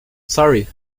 sorry